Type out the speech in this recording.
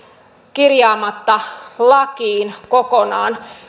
kirjaamatta lakiin kokonaan